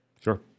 Sure